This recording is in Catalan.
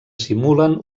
simulen